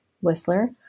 Whistler